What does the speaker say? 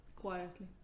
quietly